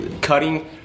cutting